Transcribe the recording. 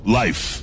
life